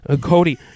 Cody